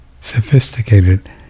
sophisticated